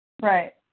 Right